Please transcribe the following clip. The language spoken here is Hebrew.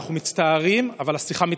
אנחנו מצטערים, אבל השיחה מתנתקת,